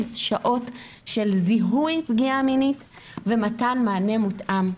שעות של זיהוי פגיעה מינית ומתן מענה מותאם.